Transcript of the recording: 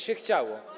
się chciało.